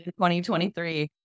2023